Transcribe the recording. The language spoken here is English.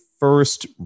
first